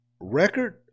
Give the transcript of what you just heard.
record –